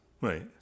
Right